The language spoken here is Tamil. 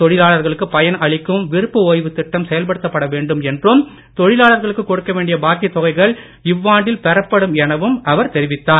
தொழிலாளர்களுக்கு பயன் அளிக்கும் விருப்ப ஓய்வுத் திட்டம் செயல்படுத்தப்பட வேண்டும் என்றும் தொழிலாளர்களுக்கு கொடுக்க வேண்டிய பாக்கித் தொகைகள் இவ்வாண்டில் பெறப்படும் எனவும் தெரிவித்தார்